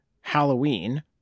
Halloween